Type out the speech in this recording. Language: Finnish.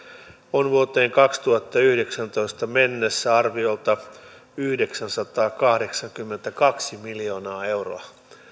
on vuoteen kaksituhattayhdeksäntoista mennessä arviolta yhdeksänsataakahdeksankymmentäkaksi miljoonaa euroa